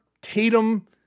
Tatum